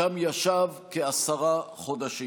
ושם ישב כעשרה חודשים.